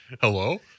Hello